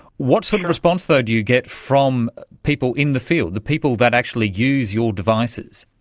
what sort of response though do you get from people in the field, the people that actually use your devices?